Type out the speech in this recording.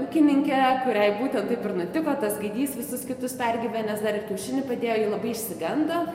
ūkininkė kuriai būtent taip ir nutiko tas gaidys visus kitus pergyvenęs dar ir kiaušinį padėjo ji labai išsigando